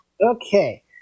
Okay